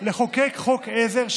לחוקק חוק עזר,